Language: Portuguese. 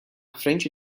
frente